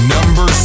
Number